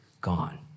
gone